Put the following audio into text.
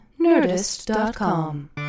Nerdist.com